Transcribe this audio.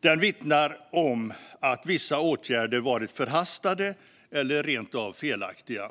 Den vittnar om att vissa åtgärder varit förhastade eller rent av felaktiga.